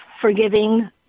forgiving